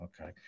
Okay